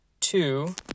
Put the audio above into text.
two